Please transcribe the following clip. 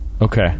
Okay